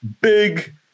Big